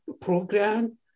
program